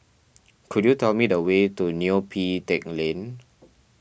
could you tell me the way to Neo Pee Teck Lane